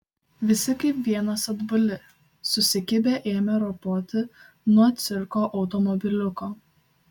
visi kaip vienas atbuli susikibę ėmė ropoti nuo cirko automobiliuko